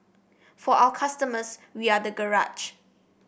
for our customers we are the garage